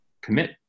commit